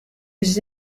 his